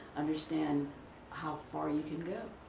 understand how far you can go.